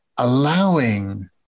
Allowing